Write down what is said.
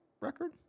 record